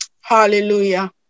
Hallelujah